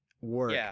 work